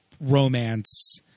romance